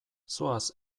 zoaz